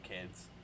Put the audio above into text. kids